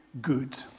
Good